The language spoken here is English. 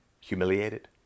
humiliated